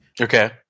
okay